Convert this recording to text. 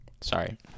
Sorry